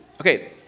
Okay